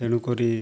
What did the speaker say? ତେଣୁ କରି